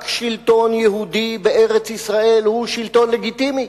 רק שלטון יהודי בארץ-ישראל הוא שלטון לגיטימי.